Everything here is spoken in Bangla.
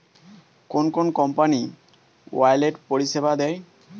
কোন কোন কোম্পানি ওয়ালেট পরিষেবা দেয়?